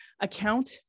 account